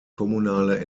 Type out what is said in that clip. kommunale